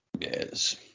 yes